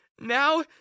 Now